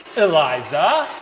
eliza.